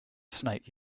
snake